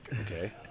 Okay